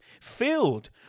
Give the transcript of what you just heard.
filled